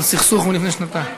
על סכסוך מלפני שנתיים.